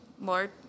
Lord